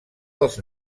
dels